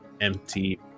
empty